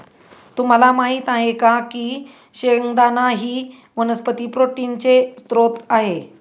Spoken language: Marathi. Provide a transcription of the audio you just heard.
तुम्हाला माहित आहे का की शेंगदाणा ही वनस्पती प्रोटीनचे स्त्रोत आहे